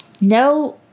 no